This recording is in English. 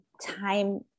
time